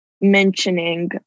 mentioning